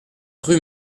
rue